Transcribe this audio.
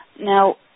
Now